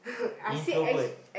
introvert